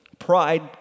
Pride